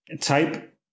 Type